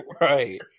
Right